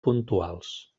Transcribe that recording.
puntuals